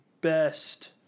best